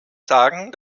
sagen